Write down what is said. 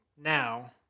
now